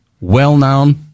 well-known